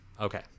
okay